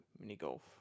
mini-golf